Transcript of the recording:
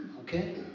Okay